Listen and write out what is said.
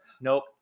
Nope